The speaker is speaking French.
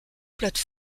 plates